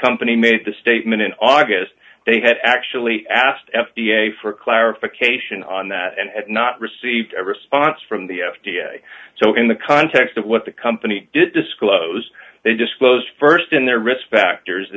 company made the statement in august they had actually asked f d a for clarification on that and had not received a response from the f d a so in the context of what the company did disclose they disclose st in their risk factors